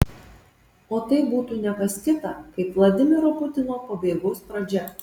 o tai būtų ne kas kita kaip vladimiro putino pabaigos pradžia